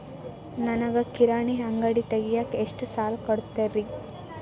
ನನಗ ಕಿರಾಣಿ ಅಂಗಡಿ ತಗಿಯಾಕ್ ಎಷ್ಟ ಸಾಲ ಕೊಡ್ತೇರಿ?